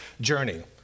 journey